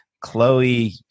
Chloe